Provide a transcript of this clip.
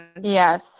Yes